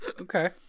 Okay